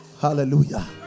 Hallelujah